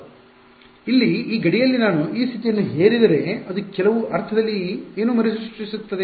ಆದ್ದರಿಂದ ಇಲ್ಲಿ ಈ ಗಡಿಯಲ್ಲಿ ನಾನು ಈ ಸ್ಥಿತಿಯನ್ನು ಹೇರಿದರೆ ಅದು ಕೆಲವು ಅರ್ಥದಲ್ಲಿ ಏನು ಮರುಸೃಷ್ಟಿಸುತ್ತದೆ